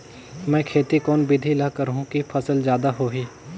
मै खेती कोन बिधी ल करहु कि फसल जादा होही